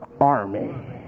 army